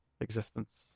existence